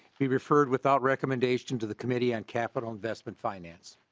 he referred without recommendation to the committee and capital investment finance.